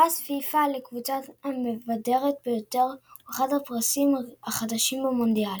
פרס פיפ"א לקבוצה המבדרת ביותר הוא אחד הפרסים החדשים במונדיאל.